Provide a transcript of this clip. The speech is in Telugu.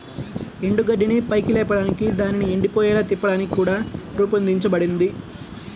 ఎండుగడ్డిని పైకి లేపడానికి దానిని ఎండిపోయేలా తిప్పడానికి కూడా రూపొందించబడింది